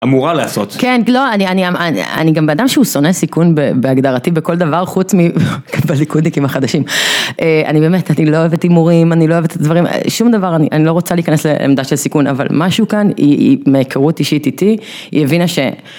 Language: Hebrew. אמורה לעשות. כן, לא, אני גם באדם שהוא שונא סיכון בהגדרתי בכל דבר חוץ מבליכודניקים החדשים, אני באמת, אני לא אוהבת מורים, אני לא אוהבת את הדברים, שום דבר, אני לא רוצה להיכנס לעמדה של סיכון, אבל משהו כאן, היא, מהיכרות אישית איתי, היא הבינה ש...